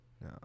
No